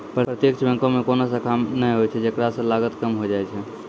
प्रत्यक्ष बैंको मे कोनो शाखा नै होय छै जेकरा से लागत कम होय जाय छै